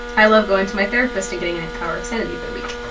i love going to my therapist and getting an an hour of sanity for the week.